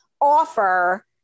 offer